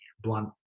blunt